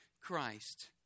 Christ